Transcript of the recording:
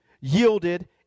yielded